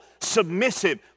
submissive